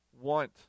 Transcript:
want